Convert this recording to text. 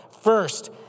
First